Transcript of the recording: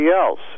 else